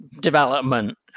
development